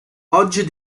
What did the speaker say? oggi